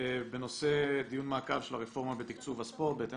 בנושא: דיון מעקב של הרפורמה בתקצוב הספורט בהתאם